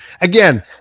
Again